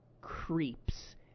creeps